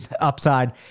upside